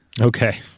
okay